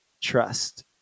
trust